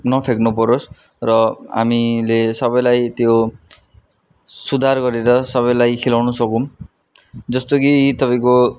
नफ्याँक्नुपरोस् र हामीले सबैलाई त्यो सुधार गरेर सबैलाई खिलाउन सकौँ जस्तो कि तपाईँको